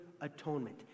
atonement